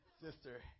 sister